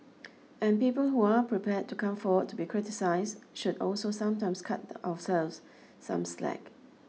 and people who are prepared to come forward to be criticised should also sometimes cut ourselves some slack